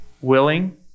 Willing